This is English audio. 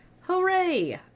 Hooray